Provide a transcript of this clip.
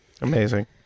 Amazing